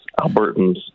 Albertans